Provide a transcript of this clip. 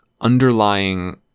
underlying